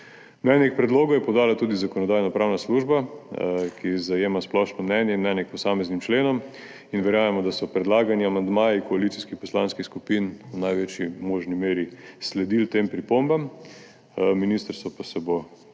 Mnenje k predlogu je podala tudi Zakonodajno-pravna služba, ki zajema splošno mnenje in mnenje k posameznim členom. Verjamemo, da so predlagani amandmaji koalicijskih poslanskih skupin v največji možni meri sledili tem pripombam, ministrstvo pa se bo po